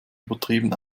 übertrieben